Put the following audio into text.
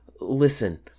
Listen